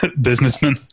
businessman